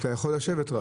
אדוני, אתה יכול לשבת.